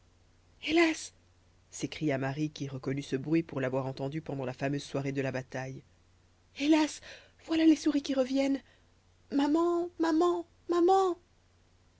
hélas s'écria marie qui reconnut ce bruit pour l'avoir entendu pendant la fameuse soirée de la bataille hélas voilà les souris qui reviennent maman maman maman